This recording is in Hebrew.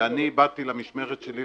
ובאתי למשמרת שלי,